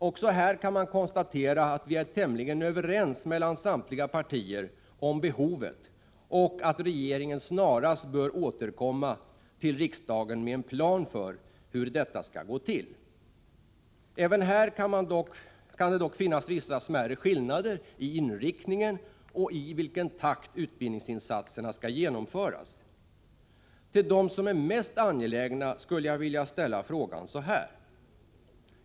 Också här kan man konstatera att vi är tämligen överens — det gäller samtliga partier — om behovet och om att regeringen snarast bör återkomma till riksdagen med en plan över hur detta skall gå till. Även här kan det dock finnas vissa smärre skillnader i inriktningen och i fråga om den takt i vilken utbildningsinsatserna skall genomföras. Till dem som nu är mest angelägna skulle jag vilja ställa frågan på följande sätt.